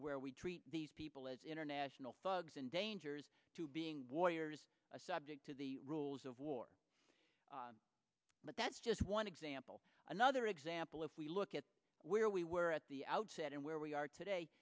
where we treat these people as international thugs and dangers to being warriors a subject to the rules of war but that's just one example another example if we look at where we were at the outset and where we are today